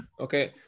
Okay